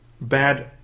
bad